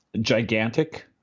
gigantic